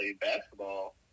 basketball